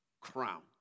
crown